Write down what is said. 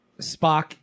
Spock